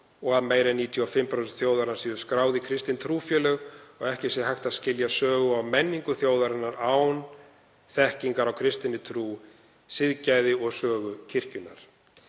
og að meira en 95% þjóðarinnar séu skráð í kristin trúfélög og ekki sé hægt að skilja sögu og menningu þjóðarinnar án þekkingar á kristinni trú, siðgæði og sögu kirkjunnar.